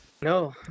No